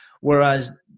Whereas